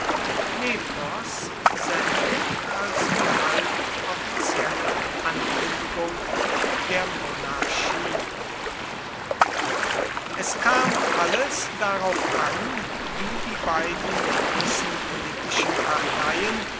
nepos sendung als die halboffizielle ankündigung der monarchie es kam alles darauf an wie die beiden großen politischen parteien